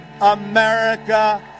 America